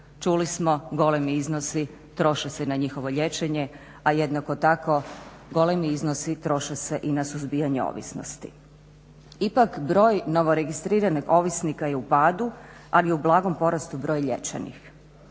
Čuli smo, golemi iznosi troše se na njihovo liječenje, a jednako tako golemi iznosi troše se i na suzbijanje ovisnosti. Ipak broj novoregistriranih ovisnika je u padu, ali je u blagom porastu broj liječenih.